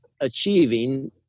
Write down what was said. achieving –